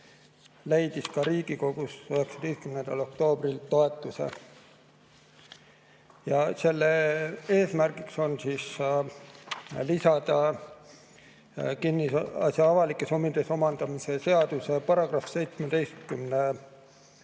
leidis ka Riigikogus 19. oktoobril toetuse. Selle eesmärgiks on lisada kinnisasja avalikes huvides omandamise seaduse § 17